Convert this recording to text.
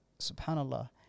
Subhanallah